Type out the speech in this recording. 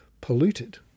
polluted